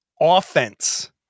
offense